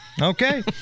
Okay